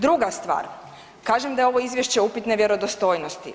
Druga stvar, kažem da je ovo izvješće upitne vjerodostojnosti.